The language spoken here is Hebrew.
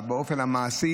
את האופן המעשי.